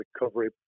recovery